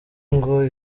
ngo